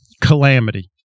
calamity